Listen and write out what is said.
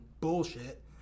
bullshit